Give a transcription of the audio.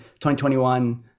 2021